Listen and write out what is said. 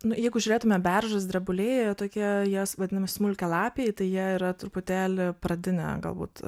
nu jeigu žiūrėtume beržas drebulė jie tokie jies vadinami smulkialapiai tai jie yra truputėlį pradinė galbūt